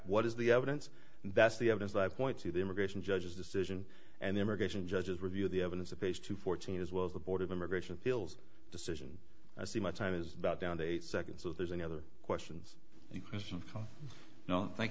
what is the evidence that's the evidence i point to the immigration judges decision and immigration judges review the evidence of page two fourteen as well as the board of immigration appeals decision i see my time is about down to eight seconds so if there's any other questions